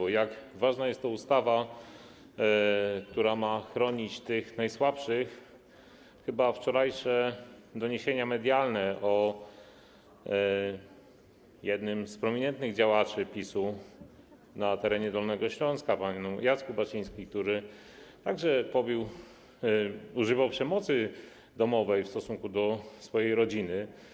O tym, jak ważna jest to ustawa, ustawa, która ma chronić tych najsłabszych, mogą chyba świadczyć wczorajsze doniesienia medialne o jednym z prominentnych działaczy PiS na terenie Dolnego Śląska, o panu Jacku Baczyńskim, który także bił, używał przemocy domowej w stosunku do swojej rodziny.